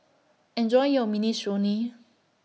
Enjoy your Minestrone